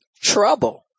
Trouble